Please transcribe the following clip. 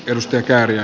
ennuste kärjen